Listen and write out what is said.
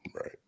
Right